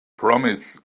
promise